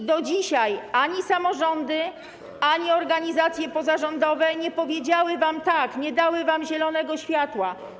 I do dzisiaj ani samorządy, ani organizacje pozarządowe nie powiedziały wam: tak, nie dały wam zielonego światła.